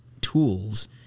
tools